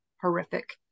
horrific